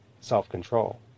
Self-control